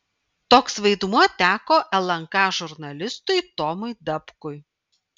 toks vaidmuo teko lnk žurnalistui tomui dapkui